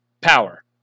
power